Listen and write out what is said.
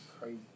Crazy